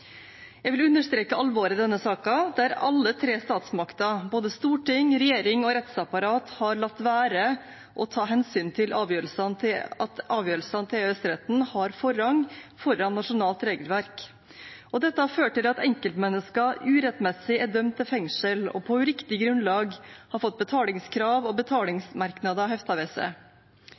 Jeg vil understreke alvoret i denne saken, der alle tre statsmakter, både storting, regjering og rettsapparat, har latt være å ta hensyn til at avgjørelsene til EØS-retten har forrang foran nasjonalt regelverk. Dette har ført til at enkeltmennesker urettmessig er dømt til fengsel og på uriktig grunnlag har fått betalingskrav og betalingsmerknader